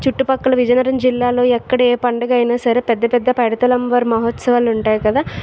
చుట్టుపక్కల విజయనగరం జిల్లాలో ఎక్కడ ఏ పండుగ అయిన సరే పెద్ద పెద్ద పైడితల్లి అమ్మవారి మహోత్సవాలు ఉంటాయి కదా